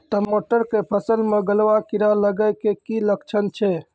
टमाटर के फसल मे गलुआ कीड़ा लगे के की लक्छण छै